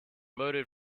moated